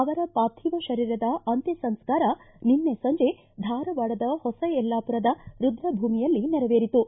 ಅವರ ಪಾರ್ಥಿವ ಶರೀರದ ಅಂತ್ಯಸಂಸ್ಕಾರ ನಿನ್ನೆ ಸಂಜೆ ಧಾರವಾಡದ ಹೊಸಯಲ್ಲಾಪುರದ ರುಫ್ರಭೂಮಿಯಲ್ಲಿ ನೆರವೇರಿತು